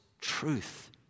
truth